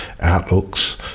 outlooks